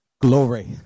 glory